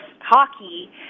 hockey